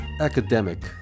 academic